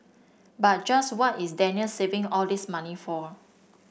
but just what is Daniel saving all this money for